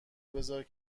بزار